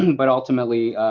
but ultimately,